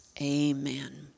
Amen